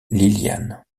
liliane